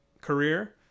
career